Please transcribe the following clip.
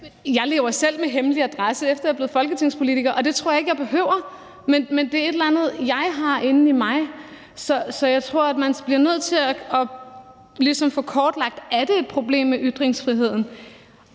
jeg har selv fået hemmelig adresse, efter jeg er blevet folketingspolitiker. Det tror jeg ikke jeg behøver, men det er på grund af et eller andet, jeg har inde i mig. Så jeg tror, at man bliver nødt til ligesom at få kortlagt, om der er et problem med ytringsfriheden.